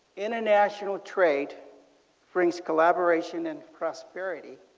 international trade brings collaboration and prosperity.